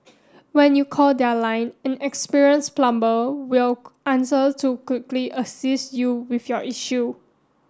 when you call their line an experienced plumber will answer to quickly assist you with your issue